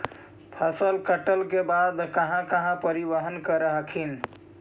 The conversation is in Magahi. फसल कटल के बाद कहा कहा परिबहन कर हखिन?